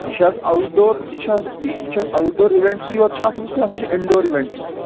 یہِ چھےٚ حظ اَوُٹ ڈور یہِ چھےٚ حظ یہِ چھےٚ حظ اَوُٹ ڈور اِوینٹسٕے یوت چھےٚ اَتھ منٛز کِنہٕ اَتھ منٛز چھِ اِنڈور اِوینٹس تہِ